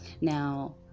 Now